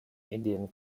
indian